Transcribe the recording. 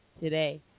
today